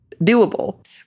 doable